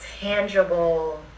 tangible